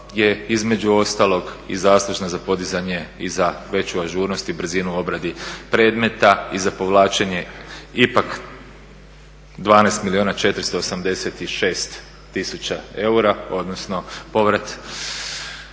između ostalog i zaslužna za podizanje i za veću ažurnost i brzinu u obradi predmeta i za povlačenje ipak 12 milijuna 486 tisuća eura, odnosno povrat